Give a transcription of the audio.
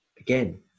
again